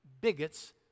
bigots